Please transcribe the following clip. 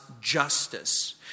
justice